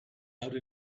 out